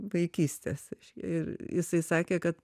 vaikystės ir jisai sakė kad